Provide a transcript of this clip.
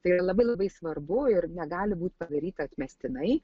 tai yra labai labai svarbu ir negali būti padaryta atmestinai